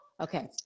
okay